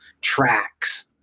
tracks